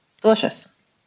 Delicious